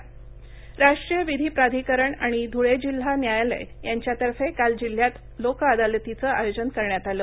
खटले राष्ट्रीय विधी प्राधिकरण आणि धुळे जिल्हा न्यायालय यांच्यातर्फे काल जिल्ह्यात लोक अदालतीचं आयोजन करण्यात आलं